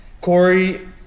Corey